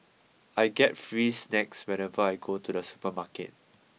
I get free snacks whenever I go to the supermarket